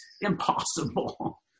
impossible